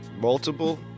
multiple